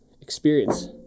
Experience